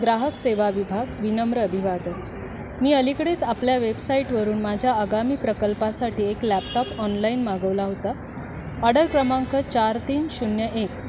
ग्राहक सेवा विभाग विनम्र अभिवादन मी अलीकडेच आपल्या वेबसाईटवरून माझ्या आगामी प्रकल्पासाठी एक लॅपटॉप ऑनलाईन मागवला होता ऑर्डर क्रमांक चार तीन शून्य एक